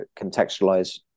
contextualize